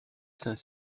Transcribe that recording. saint